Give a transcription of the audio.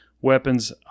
weapons